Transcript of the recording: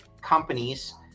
companies